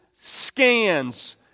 scans